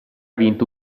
vinto